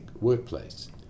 workplace